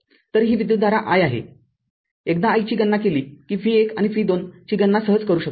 तर ही विद्युतधारा i आहे एकदा i ची गणना केली किv१ आणि v२ ची गणना सहज करू शकतो